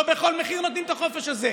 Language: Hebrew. לא בכל מחיר נותנים את החופש הזה.